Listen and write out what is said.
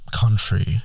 country